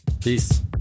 Peace